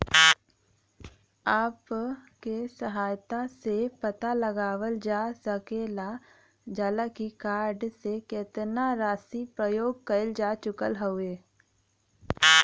app के सहायता से पता लगावल जा सकल जाला की कार्ड से केतना राशि प्रयोग कइल जा चुकल हउवे